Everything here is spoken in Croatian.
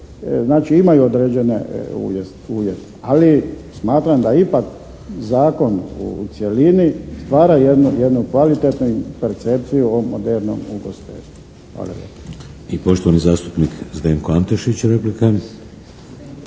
Znači imaju određene uvjete. Ali smatram da ipak zakon u cjelini stvara jednu kvalitetnu percepciju ovog modernog ugostiteljstva.